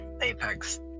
apex